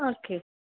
okay